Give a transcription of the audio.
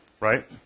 Right